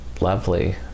lovely